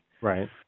Right